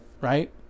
Right